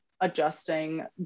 adjusting